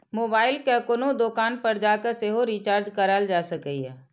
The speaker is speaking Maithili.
मोबाइल कें कोनो दोकान पर जाके सेहो रिचार्ज कराएल जा सकैए